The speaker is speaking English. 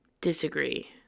disagree